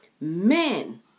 Men